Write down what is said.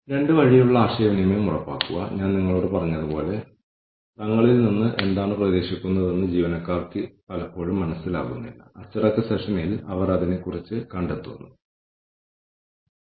അവർ അയൽക്കാർ ആവാം സ്ഥാപനത്തിന്റെ ഭൌതിക അയൽക്കാർ ഫാക്ടറി ഉൽപ്പാദിപ്പിക്കുന്ന മലിനീകരണം മൂലം അനുഭവിക്കുന്ന ഫാക്ടറിയുടെ പരിസരത്ത് താമസിക്കുന്ന ആളുകൾ ആവാം ഫാക്ടറിയുടെ സ്വന്തം ആശുപത്രി സ്വന്തം സ്കൂൾ തുടങ്ങിയവയാൽ പ്രയോജനം നേടുന്നവർ ആകാം